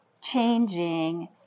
changing